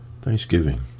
Thanksgiving